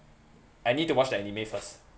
I need to watch the anime first